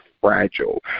fragile